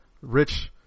rich